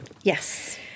yes